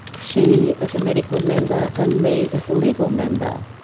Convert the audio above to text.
she as a medical member and me as a legal member.